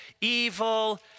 evil